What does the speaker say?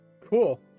Cool